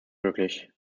möglich